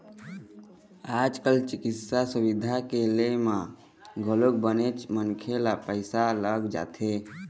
आज कल चिकित्सा सुबिधा के ले म घलोक बनेच मनखे ल पइसा लग जाथे